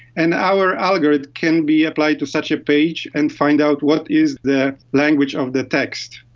and our algorithm can be applied to such a page and find out what is the language of the text.